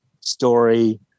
story